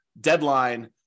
deadline